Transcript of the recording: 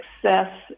success